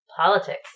politics